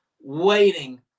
waiting